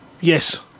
Yes